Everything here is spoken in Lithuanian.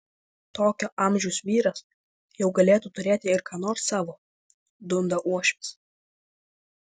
tokio amžiaus vyras jau galėtų turėti ir ką nors savo dunda uošvis